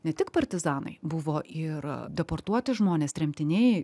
ne tik partizanai buvo ir deportuoti žmonės tremtiniai